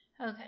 okay